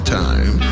time